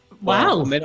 Wow